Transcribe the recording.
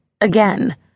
again